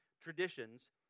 traditions